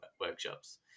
workshops